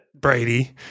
Brady